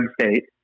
state